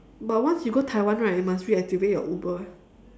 but once you go taiwan right you must reactivate your uber eh